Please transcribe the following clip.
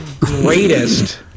greatest